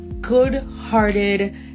good-hearted